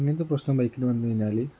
ഇങ്ങനത്തെ പ്രശ്നം ബൈക്കിനു വന്നു കഴിഞ്ഞാൽ